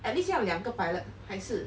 at least 要两个 pilot 还是